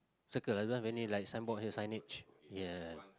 circle i don't have any like signboard here signage ya